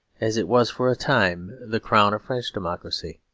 as it was for a time the crown of french democracy.